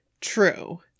True